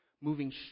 moving